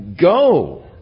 go